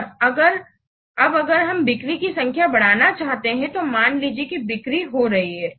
और अब अगर हम बिक्री की संख्या बढ़ाना चाहते हैं तो मान लीजिए कि बिक्री हो रही है